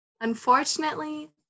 unfortunately